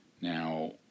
Now